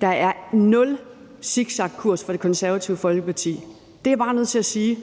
Der er nul zigzagkurs for Det Konservative Folkeparti, det er jeg bare nødt til at sige.